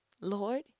Lord